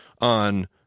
on